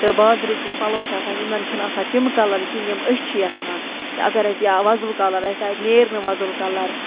تہٕ بازرٕکۍ یِم پَلو چھِ آسان یِمَن چھِنہٕ آسان تِم کَلَر کِہیٖنۍ یِم أسۍ چھِ یَژھان اَگَر اَسہِ یا وۄزُل کَلَر آسہِ تَتہِ نیرنہٕ وۄزُل کَلَر